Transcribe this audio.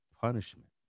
punishment